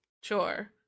Sure